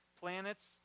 planets